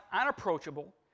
unapproachable